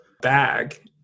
bag